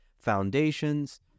foundations